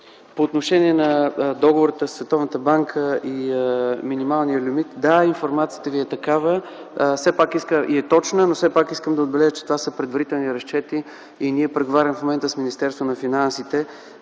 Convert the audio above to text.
По отношение на договорите със Световната банка и минималния лимит – да, информацията Ви е точна, но все пак искам да отбележа, че това са предварителни разчети и ние преговаряме в момента с Министерството на финансите.